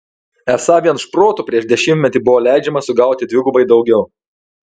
esą vien šprotų prieš dešimtmetį buvo leidžiama sugauti dvigubai daugiau